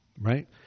right